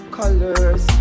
colors